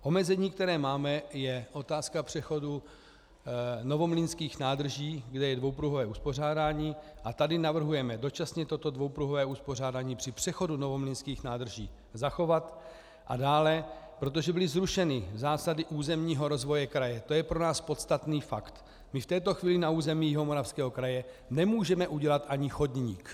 Omezení, které máme, je otázka přechodu Novomlýnských nádrží, kde je dvoupruhové uspořádání, a tady navrhujeme dočasně toto dvoupruhové uspořádání při přechodu Novomlýnských nádrží zachovat, a dále, protože byly zrušeny zásady územního rozvoje kraje, to je pro nás podstatný fakt, my v této chvíli na území Jihomoravského kraje nemůžeme udělat ani chodník.